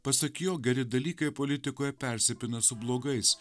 pasak jo geri dalykai politikoje persipina su blogais